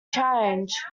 change